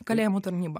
kalėjimų tarnyba